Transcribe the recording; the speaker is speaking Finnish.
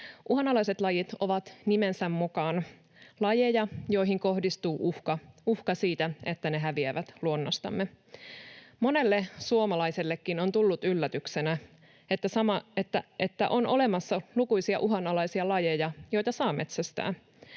Uhanalaiset lajit ovat nimensä mukaan lajeja, joihin kohdistuu uhka — uhka siitä, että ne häviävät luonnostamme. Monelle suomalaisellekin on tullut yllätyksenä, että on olemassa lukuisia uhanalaisia lajeja, joita saa metsästää.